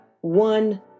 one